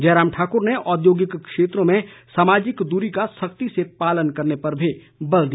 जयराम ठाकुर ने औद्योगिक क्षेत्रों में सामाजिक दूरी का सख्ती से पालन करने पर भी बल दिया